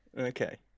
Okay